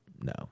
no